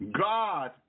God